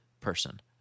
person